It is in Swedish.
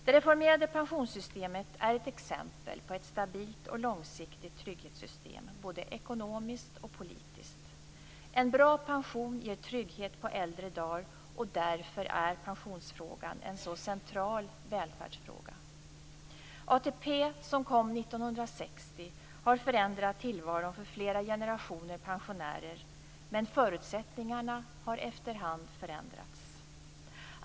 Det reformerade pensionssystemet är ett exempel på ett stabilt och långsiktigt trygghetssystem, både ekonomiskt och politiskt. En bra pension ger trygghet på äldre dagar, och därför är pensionsfrågan en så central välfärdsfråga. ATP, som kom år 1960, har förändrat tillvaron för flera generationer pensionärer, men förutsättningarna har efterhand förändrats.